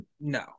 No